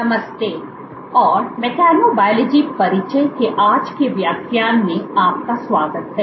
नमस्ते और मेचनोबायोलॉजी परिचय के आज के व्याख्यान में आपका स्वागत है